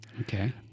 Okay